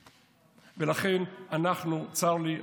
ולכן, צר לי.